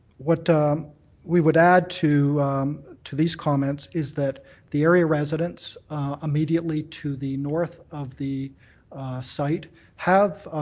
what we would add to to these comments is that the area residents immediately to the north of the site have